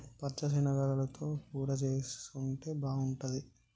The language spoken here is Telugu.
పచ్చ శనగలతో కూర చేసుంటే బాగుంటది